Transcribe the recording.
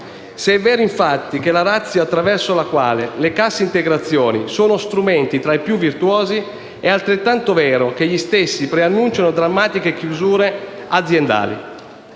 Se è vera, infatti, la *ratio* attraverso la quale le casse integrazioni sono strumenti tra i più virtuosi, è altrettanto vero che gli stessi preannunciano drammatiche chiusure aziendali.